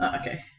Okay